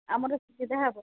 ଆମର ସୁବିଧା ହେବ